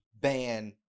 ban